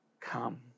come